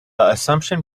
assumption